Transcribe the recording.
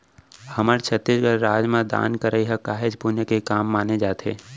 हमर छत्तीसगढ़ राज म दान करई ह काहेच पुन्य के काम माने जाथे